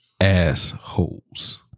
assholes